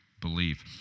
believe